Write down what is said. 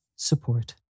Support